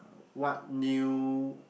what new